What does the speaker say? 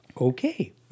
Okay